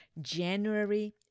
January